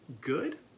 good